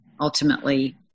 ultimately